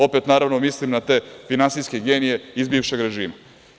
Opet, naravno, mislim na te finansijske genije iz bivšeg režima.